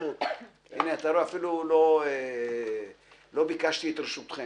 הנה, אפילו לא ביקשתי את רשותכם.